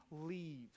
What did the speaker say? leave